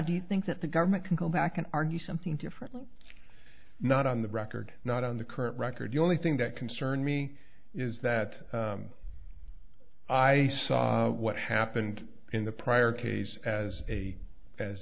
do you think that the government can go back and argue something differently not on the record not on the current record you only thing that concern me is that i saw what happened in the prior case as a as